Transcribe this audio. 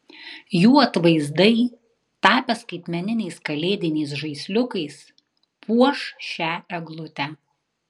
jų atvaizdai tapę skaitmeniniais kalėdiniais žaisliukais puoš šią eglutę